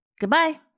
Goodbye